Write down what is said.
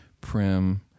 Prim